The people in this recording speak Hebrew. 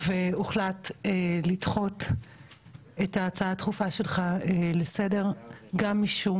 הוחלט לדחות את ההצעה הדחופה שלך לסדר גם משום